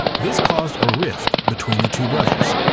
this caused a rift between the two brothers.